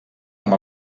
amb